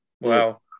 Wow